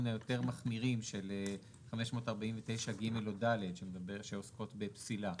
היותר מחמירים של 549(ג) או (ד) שעוסקות בפסילה?